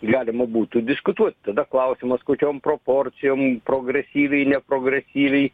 galima būtų diskutuot tada klausimas kokiom proporcijom progresyviai neprogresyviai